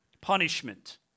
punishment